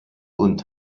und